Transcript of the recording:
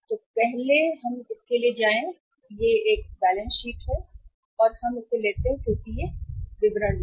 तो पहले हम इसके लिए जाएं यह संतुलन है शीट और हम इसे लेते हैं क्योंकि यह विवरण में है